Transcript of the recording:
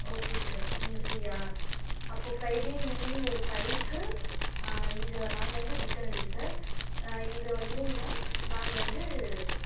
okay sir நீங்கள் ஃப்ரீயா அப்போது ஃப்ரைடே ஈவினிங் ஒரு ஃபைவுக்கு இங்கே நாங்கள் வந்து பிக்கநல்லி சார் இங்கே வந்தீங்கன்னா நாங்கள் வந்து